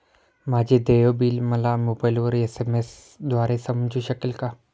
माझे देय बिल मला मोबाइलवर एस.एम.एस द्वारे समजू शकेल का?